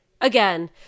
again